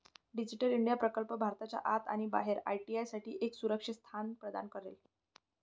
digital India प्रकल्प भारताच्या आत आणि बाहेर आय.टी साठी एक सुरक्षित स्थान प्रदान करेल